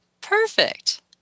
Perfect